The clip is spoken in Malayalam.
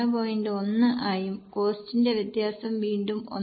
1 ആയും കോസ്റ്റിന്റെ വ്യത്യാസം വീണ്ടും 1